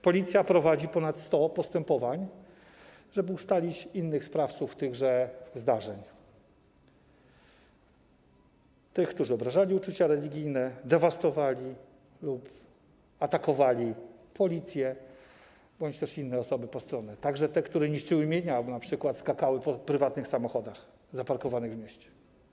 Policja prowadzi ponad 100 postępowań, żeby ustalić innych sprawców tychże zdarzeń - tych, którzy obrażali uczucia religijne, dewastowali lub atakowali policję bądź też inne osoby postronne, a także tych, którzy niszczyli mienie albo np. skakali po prywatnych samochodach zaparkowanych w mieście.